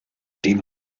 dem